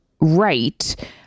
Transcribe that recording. right